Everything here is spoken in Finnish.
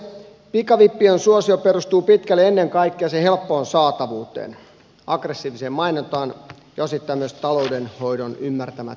pikavippien suosio perustuu pitkälti ennen kaikkea niiden helppoon saatavuuteen aggressiiviseen mainontaan ja osittain myös taloudenhoidon ymmärtämättömyyteen